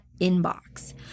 inbox